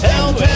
Help